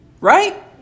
Right